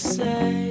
say